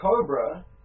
Cobra